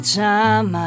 time